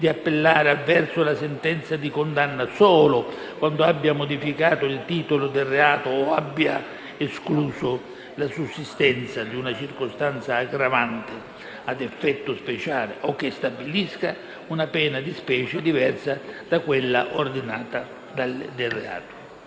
di appellare avverso la sentenza di condanna solo quando abbia modificato il titolo del reato o abbia escluso la sussistenza di una circostanza aggravante a effetto speciale o che stabilisca una pena di specie diversa da quella ordinaria del reato.